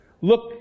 look